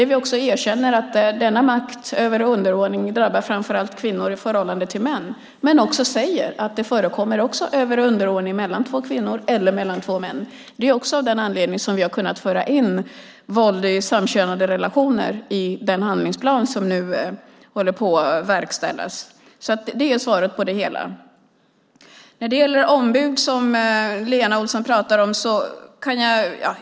Vi erkänner att denna makt och över och underordning framför allt drabbar kvinnor i förhållande till män, men vi säger också att det även förekommer över och underordning mellan två kvinnor eller mellan två män. Det är också av den anledningen vi har kunnat föra in våld i samkönade relationer i den handlingsplan som nu håller på att verkställas. Det är svaret på det hela. Lena Olsson pratar om ombud.